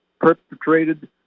perpetrated